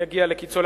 יגיע לקצו.